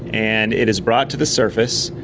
and it is brought to the surface,